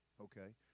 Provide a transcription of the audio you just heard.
Okay